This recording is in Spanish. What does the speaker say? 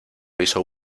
hizo